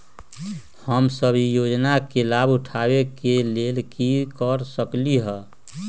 हम सब ई योजना के लाभ उठावे के लेल की कर सकलि ह?